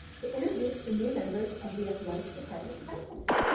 to introduce the new members of the athletic department faculty.